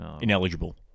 Ineligible